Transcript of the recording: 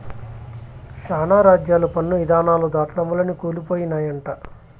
శానా రాజ్యాలు పన్ను ఇధానాలు దాటడం వల్లనే కూలి పోయినయంట